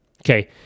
Okay